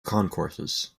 concourses